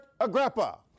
Agrippa